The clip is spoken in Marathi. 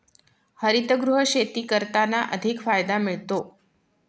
हरितगृह शेती करताना अधिक फायदा मिळतो